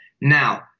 Now